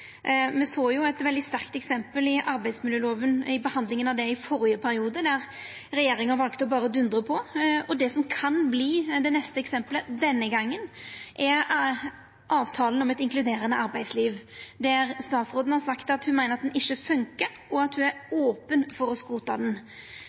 eit veldig sterkt eksempel då arbeidsmiljøloven vart behandla i førre periode, der regjeringa valde berre å dundra på. Det som kan verta det neste eksempelet denne gongen, er avtalen om eit inkluderande arbeidsliv, som statsråden har sagt ikkje funkar, og som ho er open for å skrota. Arbeidarpartiet meiner at me finn ikkje